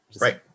Right